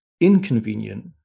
inconvenient